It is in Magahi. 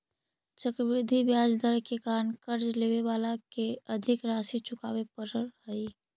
चक्रवृद्धि ब्याज दर के कारण कर्ज लेवे वाला के अधिक राशि चुकावे पड़ऽ हई